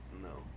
no